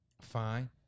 Fine